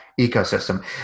ecosystem